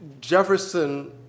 Jefferson